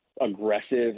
aggressive